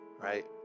right